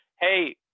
hey